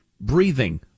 breathing